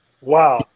Wow